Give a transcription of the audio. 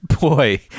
Boy